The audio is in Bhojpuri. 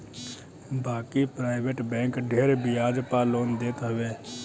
बाकी प्राइवेट बैंक ढेर बियाज पअ लोन देत हवे